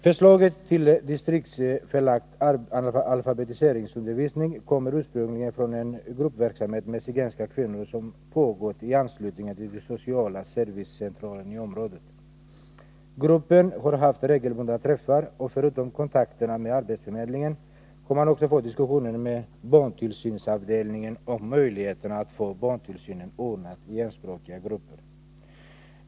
Förslaget till distriktsförlagd alfabetiseringsundervisning kommer ursprungligen från en gruppverksamhet med zigenska kvinnor som har pågått i anslutning till den sociala servicecentralen i området. Gruppen har haft regelbundna träffar, och förutom att man haft kontakter med arbetsförmedlingen har man också fört diskussioner med barntillsynsavdelningen om möjligheten att få barntillsynen ordnad i enspråkiga grupper.